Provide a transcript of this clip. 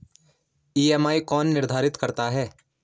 EMI कौन निर्धारित करता है?